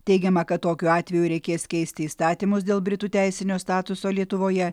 teigiama kad tokiu atveju reikės keisti įstatymus dėl britų teisinio statuso lietuvoje